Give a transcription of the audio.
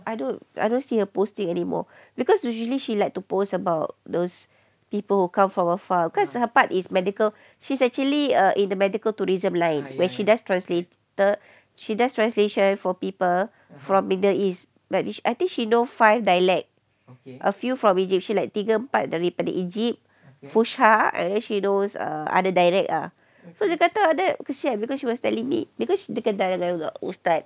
I don't I don't see her posting anymore because usually she like to post about those people who come from afar cause her part is medical she's actually in the medical tourism line where she does translator she does translation for people from middle east like which I think she know five dialect a few from eygptian like tiga empat daripada eygpt and then she knows other dialect lah so dia kata ada kesian because she was telling me because dia kenal-kenal dengan ustaz